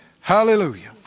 Hallelujah